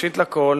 ראשית כול,